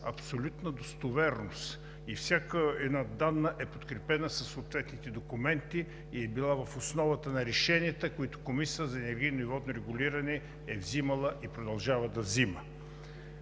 абсолютна достоверност и всяка една данна е подкрепена със съответните документи и е била в основата на решенията, които Комисията за енергийно и водно регулиране е взимала и продължава да взима.